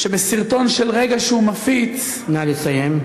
שבסרטון של רגע שהוא מפיץ, נא לסיים.